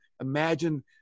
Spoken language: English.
imagine